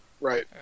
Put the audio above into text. Right